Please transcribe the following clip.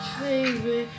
baby